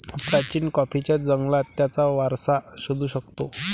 प्राचीन कॉफीच्या जंगलात त्याचा वारसा शोधू शकतो